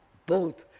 both